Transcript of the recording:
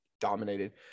dominated